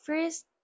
First